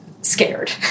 scared